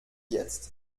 jetzt